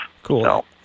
Cool